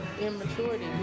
immaturity